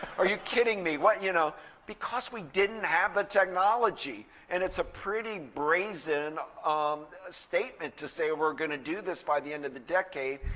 are you kidding me? you know because we didn't have the technology. and it's a pretty brazen um statement to say, we're going to do this by the end of the decade.